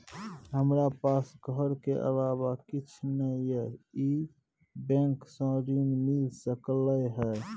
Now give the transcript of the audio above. हमरा पास घर के अलावा कुछ नय छै ई बैंक स ऋण मिल सकलउ हैं?